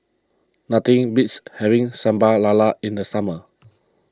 nothing beats having Sambal Lala in the summer